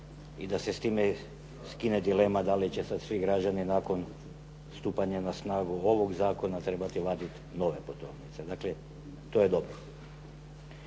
i da se s time skine dilema da li će sad svi građani nakon stupanja na snagu ovog zakona trebati vaditi nove putovnice. Dakle, to je dobro.